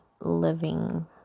living